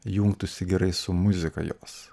jungtųsi gerai su muzika jos